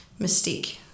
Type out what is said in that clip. Mystique